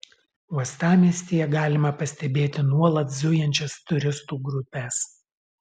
uostamiestyje galima pastebėti nuolat zujančias turistų grupes